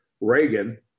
Reagan